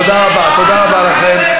תודה רבה לכם.